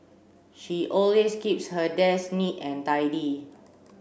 she always keeps her desk neat and tidy